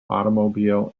automobile